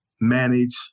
manage